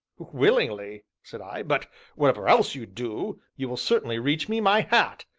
willingly, said i, but whatever else you do, you will certainly reach me my hat,